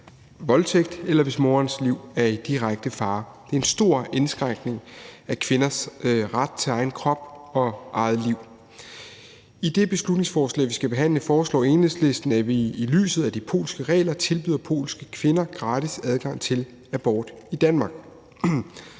voldtægt, eller hvis morens liv er i direkte fare. Det er en stor indskrænkning af kvinders ret til egen krop og eget liv. I det beslutningsforslag, vi skal behandle her, foreslår Enhedslisten, at vi i lyset af de polske regler tilbyder polske kvinder gratis adgang til abort i Danmark.